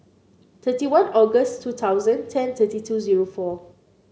thirty one August two thousand ten thirty two zero four